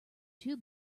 two